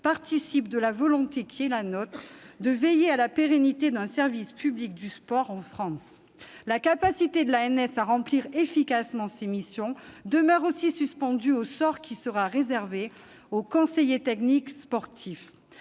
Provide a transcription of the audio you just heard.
manifeste notre volonté de veiller à la pérennité d'un service public du sport en France. La capacité de l'ANS à remplir efficacement ses missions demeure aussi suspendue au sort qui sera réservé aux conseillers techniques sportifs.